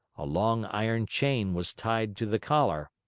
a long iron chain was tied to the collar.